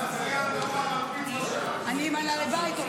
רם ומטי.